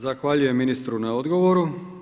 Zahvaljujem ministru na odgovoru.